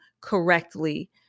correctly